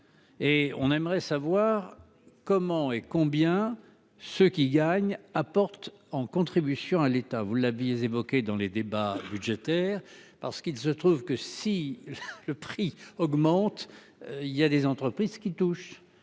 Et on aimerait savoir comment et combien ceux qui gagnent apporte en contribution à l'État vous la vie est évoqué dans les débats budgétaires parce qu'il se trouve que si le prix augmente, il y a des entreprises qui touche